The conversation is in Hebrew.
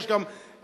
יש גם הטיעונים,